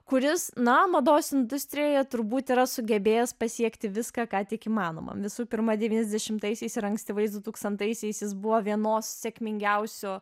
kuris na mados industrijoje turbūt yra sugebėjęs pasiekti viską ką tik įmanoma visų pirma devyniasdešimtaisiais ir ankstyvais dutūkstantaisiais jis buvo vienos sėkmingiausių